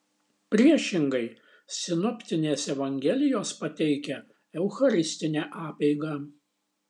priešingai sinoptinės evangelijos pateikia eucharistinę apeigą